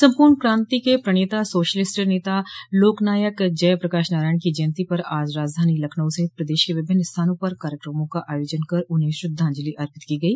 सम्पूर्ण क्रांति के प्रणेता सोशलिस्ट नेता लोकनायक जय प्रकाश नारायण की जयन्ती पर आज राजधानी लखनऊ सहित प्रदेश के विभिन्न स्थानों पर कार्यक्रमों का आयोजन कर उन्हें श्रद्धांजलि अर्पित की गई